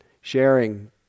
sharing